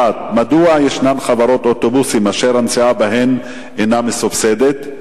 1. מדוע יש חברות אוטובוסים שהנסיעה בהן אינה מסובסדת?